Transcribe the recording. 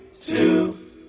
two